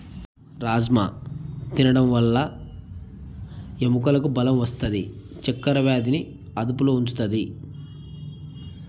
రాజ్మ తినడం వల్ల ఎముకలకు బలం వస్తాది, చక్కర వ్యాధిని అదుపులో ఉంచుతాది